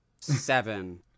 seven